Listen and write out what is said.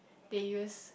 they used